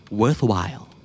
worthwhile